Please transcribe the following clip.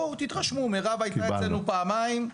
מירב הייתה אצלנו פעמיים.